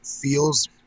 feels